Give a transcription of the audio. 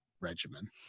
regimen